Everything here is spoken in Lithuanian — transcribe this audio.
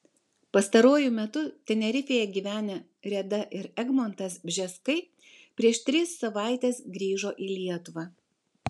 pastaruoju metu tenerifėje gyvenę reda ir egmontas bžeskai prieš tris savaites grįžo į lietuvą